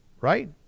right